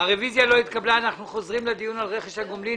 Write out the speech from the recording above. אנחנו חוזרים לדיון על רכש הגומלין.